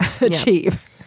achieve